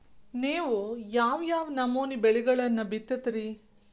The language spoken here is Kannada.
ನೇವು ಯಾವ್ ಯಾವ್ ನಮೂನಿ ಬೆಳಿಗೊಳನ್ನ ಬಿತ್ತತಿರಿ?